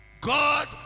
God